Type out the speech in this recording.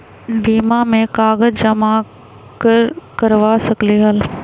बीमा में कागज जमाकर करवा सकलीहल?